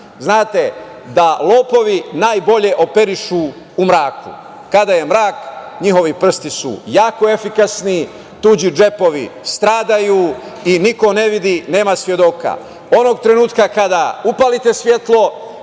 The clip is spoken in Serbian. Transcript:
Znate, da lopovi najbolje operišu u mraku. Kada je mrak, njihovi prsti su jako efikasni, tuđi džepovi stradaju i niko ne vidi, nema svedoka. Onog trenutka kada upalite svetlo,